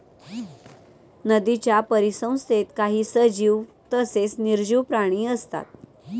नदीच्या परिसंस्थेत काही सजीव तसेच निर्जीव प्राणी असतात